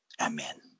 amen